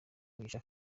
mugisha